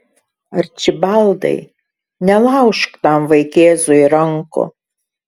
arčibaldai nelaužk tam vaikėzui rankų